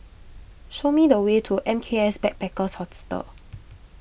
show me the way to M K S Backpackers Hostel